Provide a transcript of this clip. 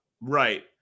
Right